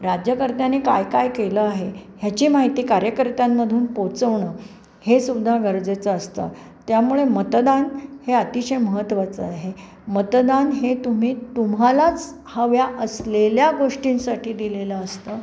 राज्यकर्त्याने काय काय केलं आहे ह्याची माहिती कार्यकर्त्यांमधून पोचवणं हे सुद्धा गरजेचं असतं त्यामुळे मतदान हे अतिशय महत्वाचं आहे मतदान हे तुम्ही तुम्हालाच हव्या असलेल्या गोष्टींसाठी दिलेलं असतं